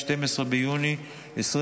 12 ביוני 2024,